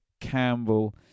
Campbell